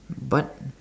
but